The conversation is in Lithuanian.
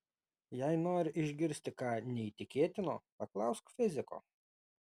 jei nori išgirsti ką neįtikėtino paklausk fiziko